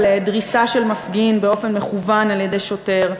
דריסה של מפגין באופן מכוון על-ידי שוטר,